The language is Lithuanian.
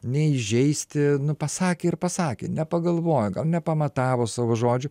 neįžeisti nu pasakė ir pasakė nepagalvojo gal nepamatavo savo žodžių